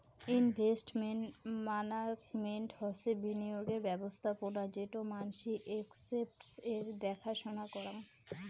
investment management হসে বিনিয়োগের ব্যবস্থাপোনা যেটো মানসি এস্সেটস এর দ্যাখা সোনা করাং